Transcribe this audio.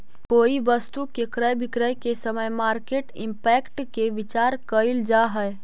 कोई वस्तु के क्रय विक्रय के समय मार्केट इंपैक्ट के विचार कईल जा है